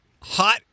Hot